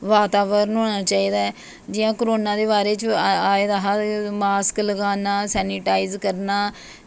वातावरण होना चाहिदा ऐ जियां कोरोना दे बारै च आये दा हा मास्क लगाना सेनीटाईज़ करना